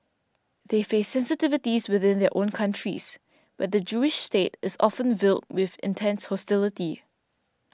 they face sensitivities within their own countries where the Jewish state is often viewed with intense hostility